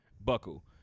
buckle